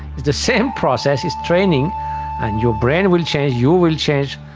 the same process is training and your brain will change, you will change,